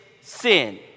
sin